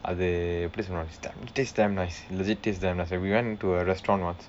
அது எப்படி சொல்றது:athu eppadi solrathu tastes damn nice legit tastes damn nice we went into a restaurant once